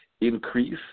increase